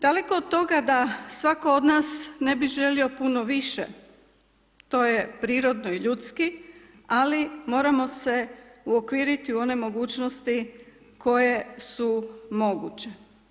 Daleko od toga da svatko od nas ne bi želio puno više, to je prirodno i ljudski, ali moramo se uokviriti u one mogućnosti, koje su moguće.